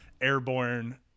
airborne